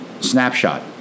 Snapshot